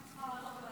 אני צריכה לעלות,